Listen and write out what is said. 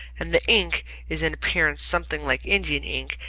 and the ink is in appearance something like indian ink,